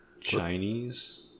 Chinese